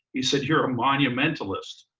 he said, you're a monumentalist.